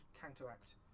counteract